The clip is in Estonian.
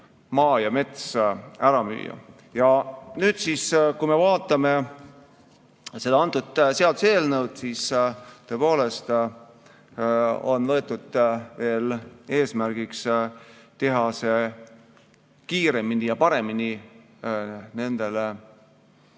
maa ja mets ära müüa. Ja nüüd siis, kui me vaatame seda seaduse eelnõu, siis tõepoolest, on võetud eesmärgiks teha see info kiiremini ja paremini nendele